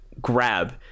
grab